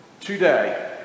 today